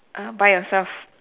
err buy yourself